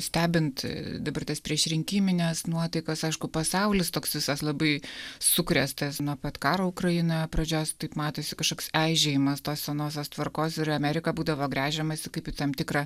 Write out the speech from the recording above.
stebint dabar tas priešrinkimines nuotaikas aišku pasaulis toks visas labai sukrėstas nuo pat karo ukrainoje pradžios tai matosi kažkoks eižėjimas tos senosios tvarkos ir į ameriką būdavo gręžiamasi kaip į tam tikrą